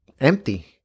empty